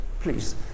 please